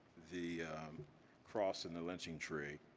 the cross and the lynching tree